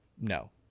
No